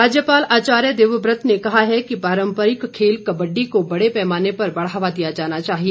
राज्यपाल राज्यपाल आचार्य देवव्रत ने कहा है कि पारम्परिक खेल कबड्डी को बड़े पैमाने पर बढ़ावा दिया जाना चाहिए